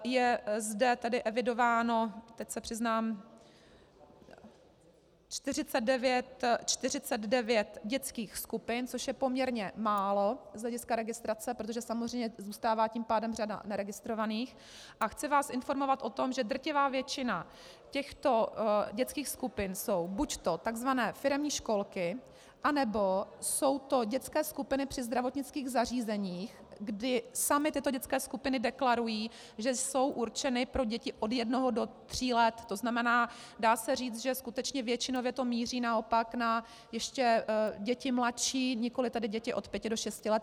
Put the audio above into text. Je zde tedy evidováno 49 dětských skupin, což je poměrně málo z hlediska registrace, protože samozřejmě tím pádem zůstává řada neregistrovaných, a chci vás informovat o tom, že drtivá většina těchto dětských skupin jsou buďto takzvané firemní školky, anebo jsou to dětské skupiny při zdravotnických zařízeních, kdy samy tyto dětské skupiny deklarují, že jsou určeny pro děti od jednoho do tří let, to znamená dá se říct, že skutečně většinově to míří naopak na ještě děti mladší, nikoliv tedy děti od pěti do šesti let.